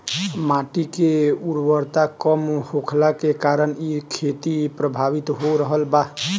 माटी के उर्वरता कम होखला के कारण इ खेती प्रभावित हो रहल बा